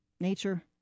nature